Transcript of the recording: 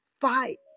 fight